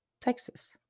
Texas